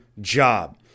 job